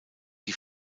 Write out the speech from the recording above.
die